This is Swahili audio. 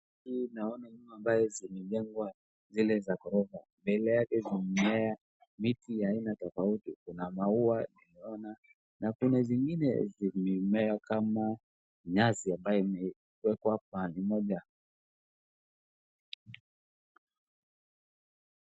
Hii naona nyumba ambayo zimejengwa zile za ghorofa. Mbele yake zimemea miti ya aina tofauti, kuna maua tunaona na kuna zingine zimemea kama nyasi ambazo zimewekwa pahali moja.